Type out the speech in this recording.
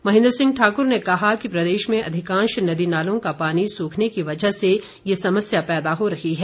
महेंद्र सिंह ठाकूर ने कहा कि प्रदेश में अधिकांश नदी नालों का पानी सूखने की वजह से ये समस्या पैदा हो रही है